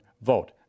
vote